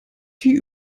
die